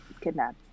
kidnapped